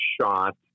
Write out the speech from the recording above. shot